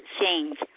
change